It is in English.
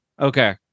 okay